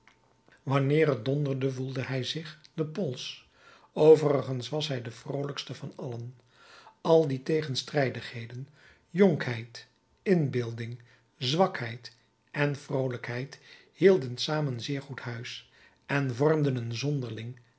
wanneer het donderde voelde hij zich den pols overigens was hij de vroolijkste van allen al die tegenstrijdigheden jonkheid inbeelding zwakheid en vroolijkheid hielden samen zeer goed huis en vormden een zonderling